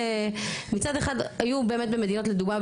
מצד אחד היו באמת במדינות לדוגמה,